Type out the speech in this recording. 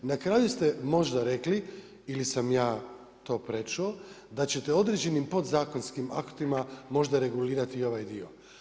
I na kraju ste možda rekli ili sam ja to prečuo da ćete određenim podzakonskim aktima možda reguliratii ovaj dio.